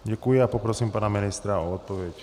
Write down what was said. Děkuji a poprosím pana ministra o odpověď.